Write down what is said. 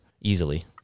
easily